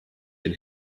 den